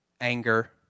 anger